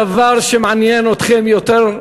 זה הדבר שמעניין אתכם יותר,